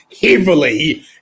heavily